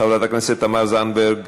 חברת הכנסת תמר זנדברג.